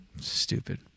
stupid